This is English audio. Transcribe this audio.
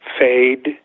Fade